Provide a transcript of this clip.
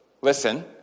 listen